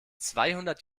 zweihundert